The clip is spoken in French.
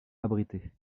abrité